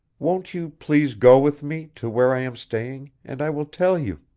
won't you please go with me to where i am staying and i will tell you